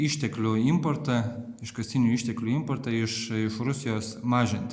išteklių importą iškastinių išteklių importą iš iš rusijos mažint